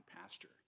pasture